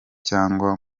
cyangwa